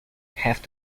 have